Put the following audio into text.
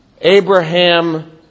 Abraham